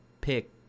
pick